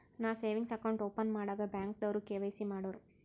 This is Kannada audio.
ನಾ ಸೇವಿಂಗ್ಸ್ ಅಕೌಂಟ್ ಓಪನ್ ಮಾಡಾಗ್ ಬ್ಯಾಂಕ್ದವ್ರು ಕೆ.ವೈ.ಸಿ ಮಾಡೂರು